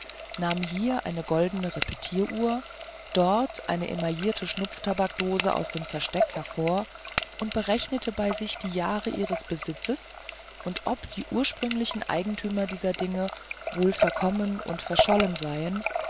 nahm hier eine goldene repetieruhr dort eine emaillierte schnupftabaksdose aus dem versteck hervor und berechnete bei sich die jahre ihres besitzes und ob die ursprünglichen eigentümer dieser dinge wohl verkommen und verschollen seien